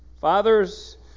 fathers